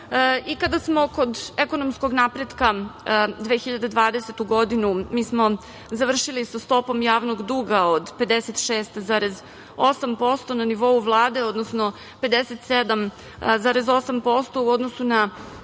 smo kod ekonomskog napretka 2020. godinu mi smo završili sa stopom javnog duga od 56,8% na nivou Vlade, odnosno 57,8% u odnosu na